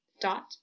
dot